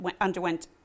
underwent